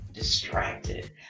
distracted